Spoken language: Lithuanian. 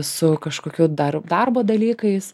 su kažkokiu dar darbo dalykais